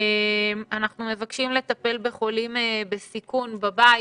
אנחנו מבקשים לטפל בחולים בסיכון בבית,